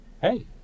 hey